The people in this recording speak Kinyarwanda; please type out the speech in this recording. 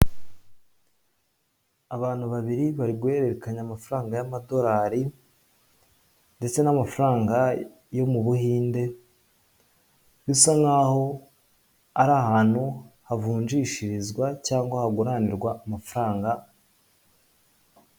Abantu babiri bari guhererekanya amafaranga y'amadolari ndetse n'amafaranga yo mu Buhinde, bisa nk'aho ari ahantu havunjishirizwa cyangwa haguranirwa amafaranga.